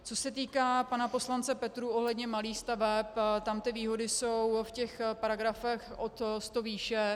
Co se týká pana poslance Petrů ohledně malých staveb, tam ty výhody jsou v těch paragrafech od sto výše.